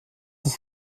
uns